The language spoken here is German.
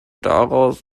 daraus